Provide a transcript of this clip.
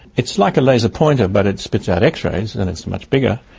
it's like a laser pointer but it spits out x-rays and and it's much bigger.